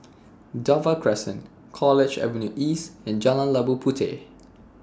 Dover Crescent College Avenue East and Jalan Labu Puteh